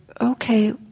okay